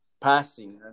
Passing